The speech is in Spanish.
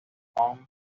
punk